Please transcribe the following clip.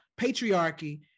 patriarchy